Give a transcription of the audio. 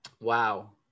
Wow